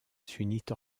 sunnite